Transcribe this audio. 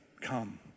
come